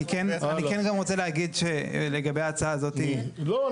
אני כן גם רוצה להגיד שלגבי ההצעה הזאת --- לא,